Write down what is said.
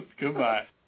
goodbye